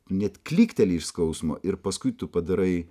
net klykteli iš skausmo ir paskui tu padarai